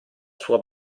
sua